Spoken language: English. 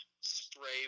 spray